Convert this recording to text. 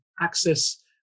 access